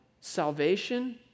salvation